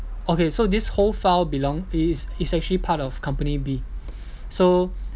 okay so this whole file belonged it it's actually part of company B so